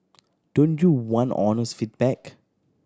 don't you want honest feedback